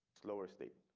slower state.